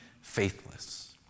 faithless